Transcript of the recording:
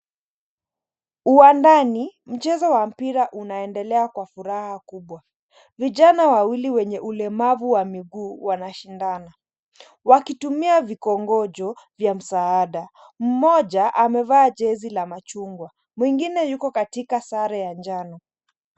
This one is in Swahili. Uwandani mchezo wa mpira unaendelea kwa furaha kubwa. Vijana wawili wenye ulemavu wa miguu wanashindana, wakitumia vikongojo vya msaada. Mmoja amevaa jezi la machungwa mwingine yuko katika sare ya njano.